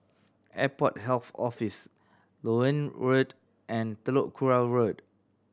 Airport Health Office Loewen Road and Telok Kurau Road